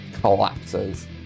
collapses